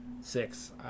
Six